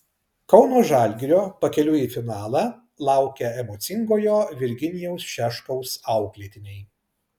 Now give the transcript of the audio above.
kauno žalgirio pakeliui į finalą laukia emocingojo virginijaus šeškaus auklėtiniai